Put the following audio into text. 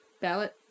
ballot